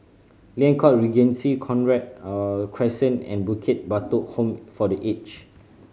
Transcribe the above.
Liang Court Regency Cochrane Crescent and Bukit Batok Home for The Aged